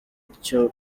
cyo